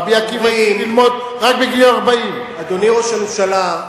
רבי עקיבא התחיל ללמוד רק בגיל 40. אדוני ראש הממשלה,